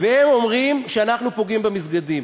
והם אומרים שאנחנו פוגעים במסגדים.